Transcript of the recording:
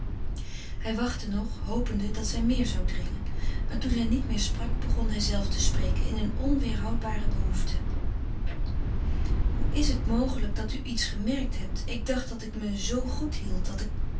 hij wachtte nog hopende dat zij meer zou dringen maar toen zij niet meer sprak begon hijzelve te spreken in een onweêrhoudbare behoefte hoe is het mogelijk dat u iets gemerkt heeft ik dacht dat ik me zoo goed hield dat